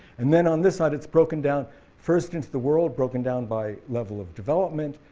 and then on this side it's broken down first into the world, broken down by level of development,